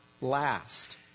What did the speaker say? last